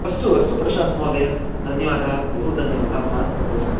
अस्तु अस्तु प्रशान्तः महोदय दन्यवादः बहु धन्यवादः महान् सन्तोषः